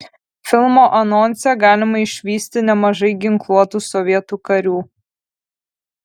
filmo anonse galima išvysti nemažai ginkluotų sovietų karių